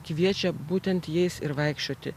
kviečia būtent jais ir vaikščioti